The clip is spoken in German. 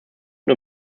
nur